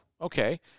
okay